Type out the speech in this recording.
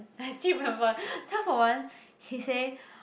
I actually remember twelve O one he say